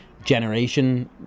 generation